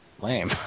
lame